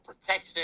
protection